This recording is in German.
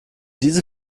diese